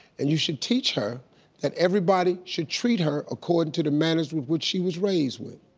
and you should teach her that everybody should treat her according to the manners with which she was raised with.